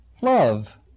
Love